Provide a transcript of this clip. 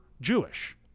Jewish